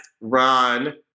run